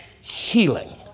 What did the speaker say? healing